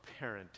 parenting